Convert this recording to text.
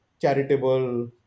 charitable